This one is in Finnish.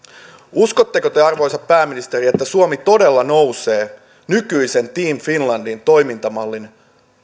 uskotteko te arvoisa pääministeri että suomi todella nousee nykyisen team finlandin toimintamallin